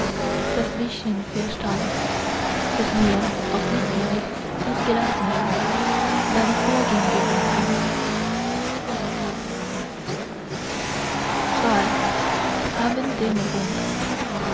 das bißchen verstand das mir aus mitleid noch gelassen hat deine vorgängerin im reich ii